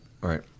Right